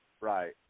Right